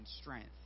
strength